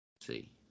see